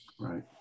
Right